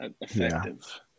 effective